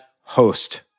host